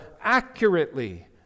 accurately